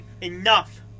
Enough